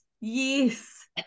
Yes